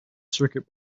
circuit